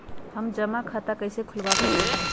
हम जमा खाता कइसे खुलवा सकली ह?